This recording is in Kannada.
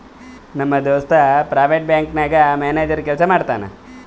ನಮ್ ದೋಸ್ತ ಪ್ರೈವೇಟ್ ಬ್ಯಾಂಕ್ ನಾಗ್ ಮ್ಯಾನೇಜರ್ ಕೆಲ್ಸಾ ಮಾಡ್ತಾನ್